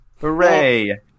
Hooray